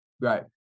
Right